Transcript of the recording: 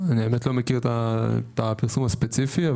אני לא מכיר את הפרסום הספציפי.